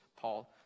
Paul